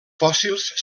fòssils